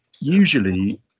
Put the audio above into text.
usually